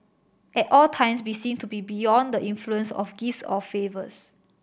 at all times be seen to be beyond the influence of gifts or favours